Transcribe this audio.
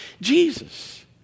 Jesus